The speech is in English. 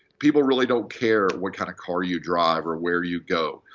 people really don't care what kind of car you drive, or where you go.